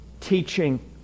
Teaching